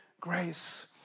grace